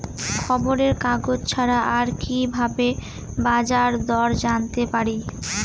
খবরের কাগজ ছাড়া আর কি ভাবে বাজার দর জানতে পারি?